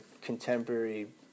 contemporary